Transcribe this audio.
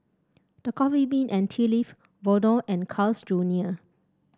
The Coffee Bean and Tea Leaf Vono and Carl's Junior